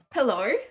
Hello